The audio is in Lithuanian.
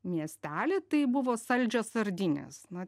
miestely tai buvo saldžios sardinės na